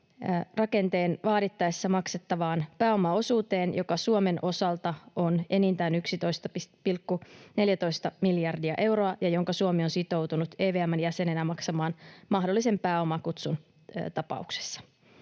pääomarakenteen vaadittaessa maksettavaan pääomaosuuteen, joka Suomen osalta on enintään 11,14 miljardia euroa ja jonka Suomi on sitoutunut EVM:n jäsenenä maksamaan mahdollisen pääomakutsun tapauksessa.